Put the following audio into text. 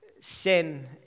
sin